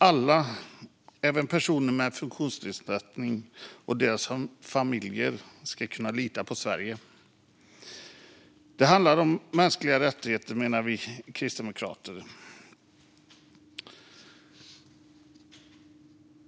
Alla, även personer med funktionsnedsättning och deras familjer, ska kunna lita på Sverige. Det handlar om mänskliga rättigheter, menar vi kristdemokrater.